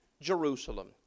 Jerusalem